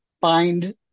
find